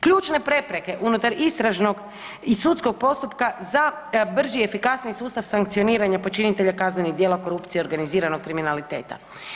Ključne prepreke unutar istražnog i sudskog postupka za brži i efikasniji sustav sankcioniranja počinitelja kaznenih djela, korupcije i organiziranog kriminaliteta.